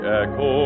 echo